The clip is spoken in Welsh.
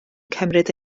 cymryd